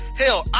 hell